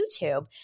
YouTube